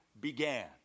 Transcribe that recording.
began